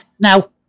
Now